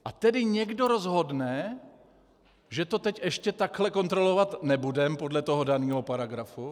A tedy někdo rozhodne, že to teď ještě takhle kontrolovat nebudeme podle daného paragrafu?